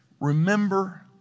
Remember